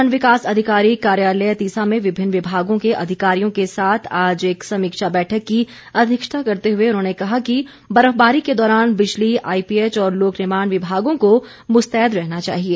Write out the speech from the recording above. खण्ड विकास अधिकारी कार्यालय तीसा में विभिन्न विभागों के अधिकारियों के साथ आज एक समीक्षा बैठक की अध्यक्षता करते हुए उन्होंने कहा कि बर्फबारी के दौरान बिजली आईपीएच और लोकनिर्माण विभागों को मुस्तैद रहना चाहिए